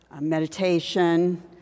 meditation